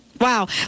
Wow